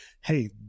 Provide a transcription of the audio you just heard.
Hey